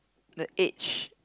the age